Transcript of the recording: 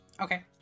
Okay